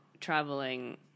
traveling